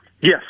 Yes